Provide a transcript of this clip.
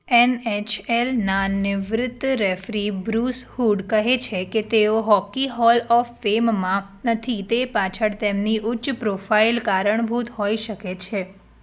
એનએચએલના નિવૃત્ત referee Bruce Hood કહે છે કે તેઓ હોકી હોલ ઓફ ફેમમાં નથી તે પાછળ તેમની ઉચ્ચ પ્રોફાઈલ કારણભૂત હોઈ શકે છે